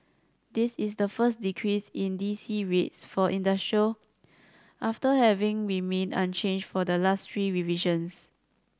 this is the first decrease in D C rates for industrial after having remained unchanged for the last three revisions